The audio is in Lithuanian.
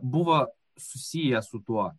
buvo susiję su tuo